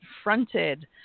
confronted